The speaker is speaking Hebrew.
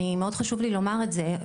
מאוד חשוב לי לומר את זה,